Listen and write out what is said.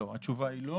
התשובה היא לא.